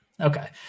Okay